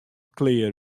klear